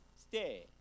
Stay